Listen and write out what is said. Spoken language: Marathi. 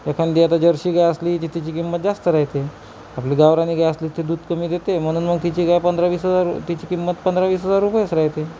एखादी आता जर्सी गाय असली की तिची किंमत जास्त राहते आपली गावरानी गाय असली ती दूध कमी देते म्हणून मग तिची गाय पंधरावीस हजार तिची किंमत पंधरावीस हजार रुपयेच राहते